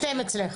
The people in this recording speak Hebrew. חותם אצלך.